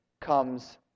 comes